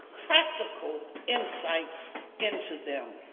practical insights into them.